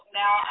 now